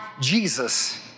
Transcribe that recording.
Jesus